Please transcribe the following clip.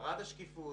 ובהגדלת השקיפות.